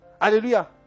Hallelujah